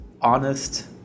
honest